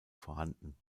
vorhanden